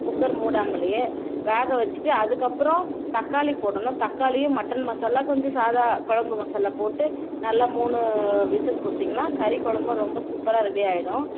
cooker மூடாமலேயே வேக வச்சிட்டு அதுக்கு அப்புறம் தக்காளி போடணும் தக்காளியும் மட்டன் மசாலா கொஞ்சம் சாதா குழம்பு மசாலா போட்டு நல்லா மூணு விசில் கொடுத்திங்கன்னா கறிக்குழம்பும் ரொம்ப சூப்பராக ரெடி ஆகிடும்